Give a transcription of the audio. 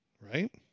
right